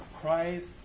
Christ